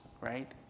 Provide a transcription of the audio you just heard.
right